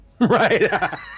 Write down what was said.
right